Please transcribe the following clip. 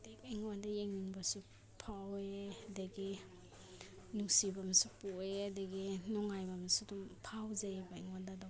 ꯑꯩꯉꯣꯟꯗ ꯌꯦꯡꯅꯤꯡꯕꯁꯨ ꯐꯥꯎꯏ ꯑꯗꯒꯤ ꯅꯨꯡꯁꯤꯕ ꯑꯃꯁꯨ ꯄꯣꯛꯑꯦ ꯑꯗꯒꯤ ꯅꯨꯡꯉꯥꯏꯕ ꯑꯃꯁꯨ ꯑꯗꯨꯝ ꯐꯥꯎꯖꯩꯑꯕ ꯑꯩꯉꯣꯟꯗ ꯑꯗꯨꯝ